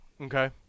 okay